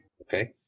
Okay